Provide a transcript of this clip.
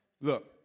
Look